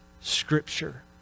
scripture